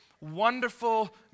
wonderful